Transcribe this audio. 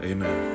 Amen